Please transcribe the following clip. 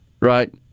right